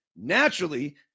Naturally